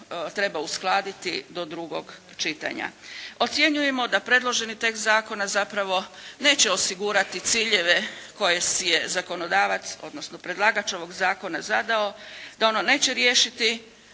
treba uskladiti do drugog čitanja. Ocjenjujemo da predloženi tekst zakona zapravo neće osigurati ciljeve koje si je zakonodavac odnosno predlagač ovog zakona zadao, da ono neće riješiti